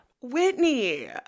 Whitney